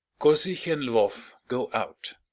kosich and lvoff go out.